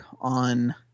on